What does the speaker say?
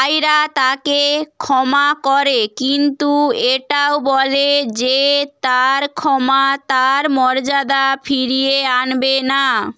আয়রা তাকে ক্ষমা করে কিন্তু এটাও বলে যে তার ক্ষমা তার মর্যাদা ফিরিয়ে আনবে না